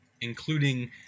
including